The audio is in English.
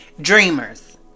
Dreamers